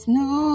no